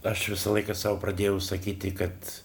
aš visą laiką sau pradėjau sakyti kad